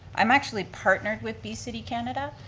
i'm actually partnered with bee city canada,